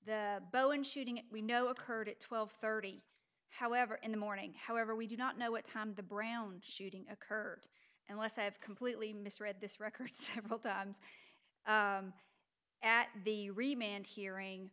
the bowen shooting we know occurred at twelve thirty however in the morning however we do not know what time the brown shooting occurred unless i have completely misread this record several times at the remain